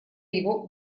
его